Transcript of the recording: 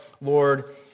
Lord